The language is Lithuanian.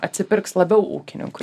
atsipirks labiau ūkininkui